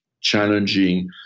challenging